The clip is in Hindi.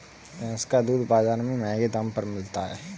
भैंस का दूध बाजार में महँगे दाम पर मिलता है